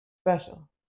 special